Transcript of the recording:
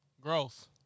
growth